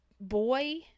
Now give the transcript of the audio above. boy